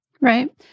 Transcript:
Right